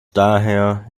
daher